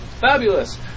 fabulous